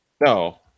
No